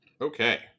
Okay